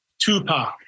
Tupac